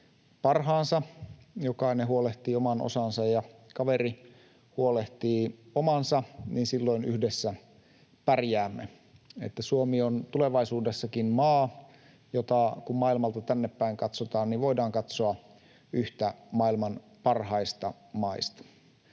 parhaansa, jokainen huolehtii oman osansa ja kaveri huolehtii omansa, niin silloin yhdessä pärjäämme ja Suomi on tulevaisuudessakin maa, jota voidaan katsoa, kun maailmalta tännepäin katsotaan, yhtenä maailman parhaista maista.